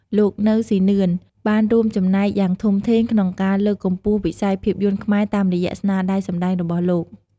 លោក នៅ សុីនឿន បានរួមចំណែកយ៉ាងធំធេងក្នុងការលើកកម្ពស់វិស័យភាពយន្តខ្មែរតាមរយៈស្នាដៃសម្តែងរបស់លោក។